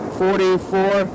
forty-four